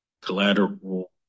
collateral